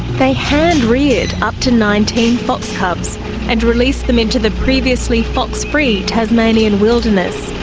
they hand-reared up to nineteen fox cubs and released them into the previously fox-free tasmanian wilderness.